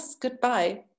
goodbye